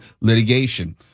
litigation